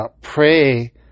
pray